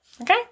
okay